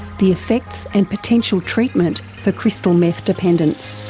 the effects and potential treatment for crystal meth dependence.